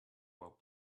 while